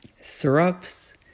syrups